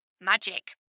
Magic